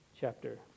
Chapter